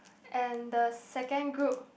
and the second group